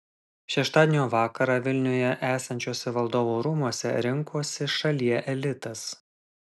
šeštadienio vakarą vilniuje esančiuose valdovų rūmuose rinkosi šalie elitas